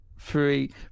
Three